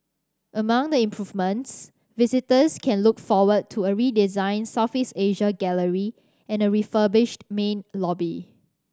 among the improvements visitors can look forward to a redesigned Southeast Asia gallery and a refurbished main lobby